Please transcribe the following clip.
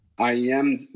IAM